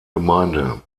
gemeinde